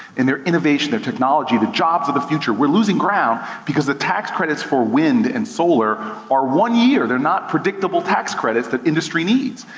and their innovation and technology, the jobs of the future, we're losing ground because the tax credits for wind and solar are one year. they're not predictable tax credits that industry needs.